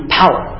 power